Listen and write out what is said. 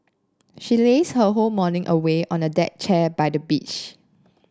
she lazed her whole morning away on a deck chair by the beach